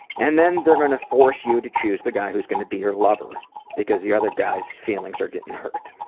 and then they're going to force you to choose the guy who's going to be your lover because the other guys' feelings are getting hurt.